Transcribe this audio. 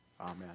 Amen